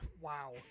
Wow